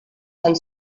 han